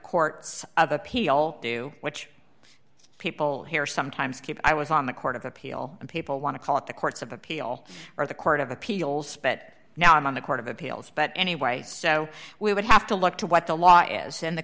courts of appeal do which people here sometimes keep i was on the court of appeal and people want to call it the courts of appeal or the court of appeals but now i'm on the court of appeals but anyway so we would have to look to what the law is and the